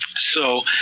so